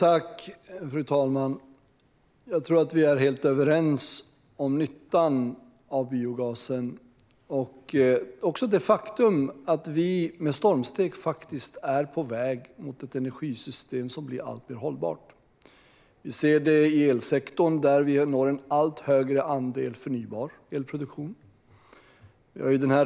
Fru talman! Jag tror att vi är helt överens om nyttan av biogasen och om det faktum att vi med stormsteg är på väg mot ett energisystem som blir alltmer hållbart. Vi ser det i elsektorn, där vi når en allt högre andel förnybar elproduktion.